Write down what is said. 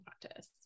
practice